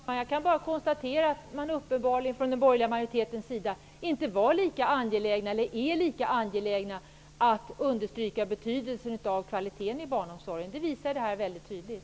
Fru talman! Jag kan bara konstatera att den borgerliga majoriteten uppenbarligen inte är lika angelägen om att understryka betydelsen av kvaliteten i barnomsorgen. Det visar detta väldigt tydligt.